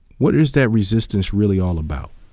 what is that resistance really all about?